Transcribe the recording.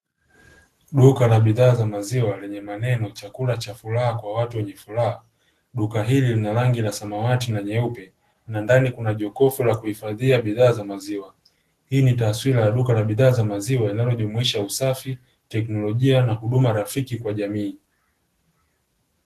Duka la bidhaa za maziwa lenye maneno chakula cha furaha kwa watu wenye furaha. Duka hili lina rangi za samawati na nyeupe, na ndani kuna jokofu la kuhifadhia bidhaa za maziwa. Hii ni taswira ya duka la bidhaa za maziwa linalojumuisha usafi, teknolojia, na huduma rafiki kwa jamii.